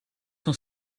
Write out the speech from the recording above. van